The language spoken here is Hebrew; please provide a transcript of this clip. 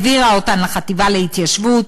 העבירה אותן לחטיבה להתיישבות,